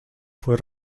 fue